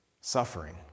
suffering